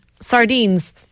sardines